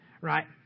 right